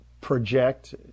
project